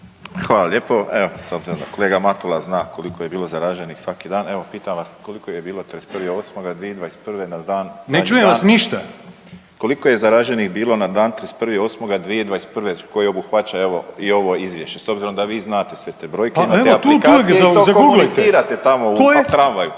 Hvala lijepo. Evo s obzirom da kolega Matula koliko je bilo zaraženih svaki dan, evo pitam vas koliko je bilo 31.8.2021. na dan …/Upadica Matula: Ne čujem vas ništa./… koliko je zaraženih bilo na dan 31.8.2021. koji obuhvaća i ovo izvješće s obzirom da vi znate sve te brojke …/Govornici govore u isto